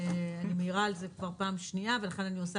אני מעירה על זה כבר פעם שנייה ולכן אני עושה